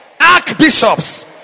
archbishops